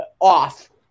off